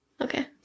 Okay